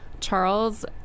Charles